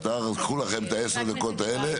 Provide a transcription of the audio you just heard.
קחו לכם את ה-10 דקות האלה,